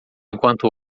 enquanto